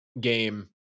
game